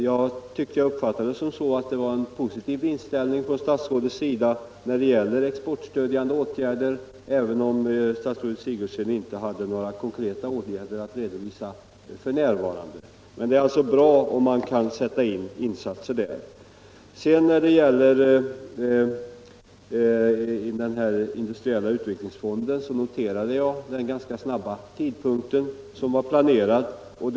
Jag uppfattade statsrådets inställning som positiv när det gäller exportstödjande åtgärder, även om statsrådet Sigurdsen inte hade några konkreta insatser att redovisa f. n. Det är alltså bra om man kan göra insatser där. Jag noterade även den näraliggande tidpunkt som planerats för den industriella utvecklingsfonden.